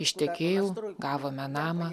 ištekėjau gavome namą